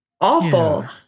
awful